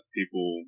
people